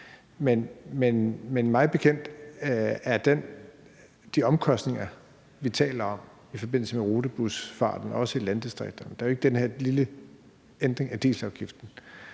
er det i forhold til de omkostninger, vi taler om i forbindelse med rutebusfarten, også i landdistrikterne, jo ikke den her lille ændring af dieselafgiften,